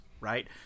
Right